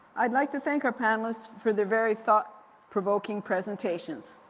i'd like to thank our panelists for their very thought provoking presentations.